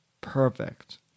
perfect